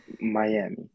Miami